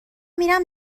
میرم